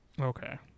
Okay